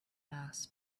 mass